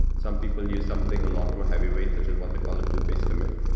some people use something a lot more heavy rates, such as what they call a two phase commit.